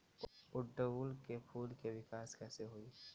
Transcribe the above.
ओड़ुउल के फूल के विकास कैसे होई?